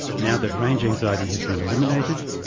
now that range anxiety has been eliminated,